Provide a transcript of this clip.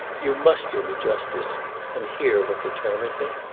you must do me justice and hear what determined me.